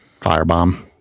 firebomb